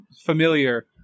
familiar